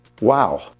Wow